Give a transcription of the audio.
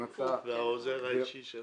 והעוזר האישי שלך.